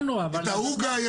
ודבר אחרון,